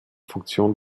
funktion